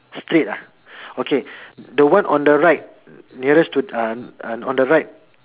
straight ah okay the one on the right nearest to uh uh on the right